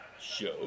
Show